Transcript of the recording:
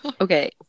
Okay